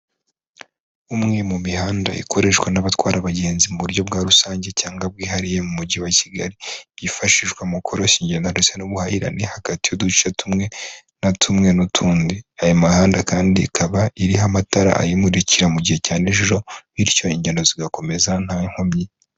Umwe mu mihanda ikoreshwa n'abatwara abagenzi mu buryo bwa rusange cyangwa bwihariye mu mujyi wa Kigali, byifashishwa mu koroshya ingendo n'ubuhahirane hagati y'uduce tumwe na tumwe n'utundi, iyo mihanda kandi ikaba iriho amatara ayimurikira mu gihe cya n'ijoro bityo ingendo zigakomeza ntankomyi.